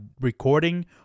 recording